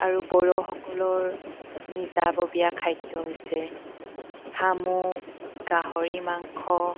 আৰু বড়োসকলৰ নিজাববীয়া খাদ্য হৈছে শামুক গাহৰি মাংস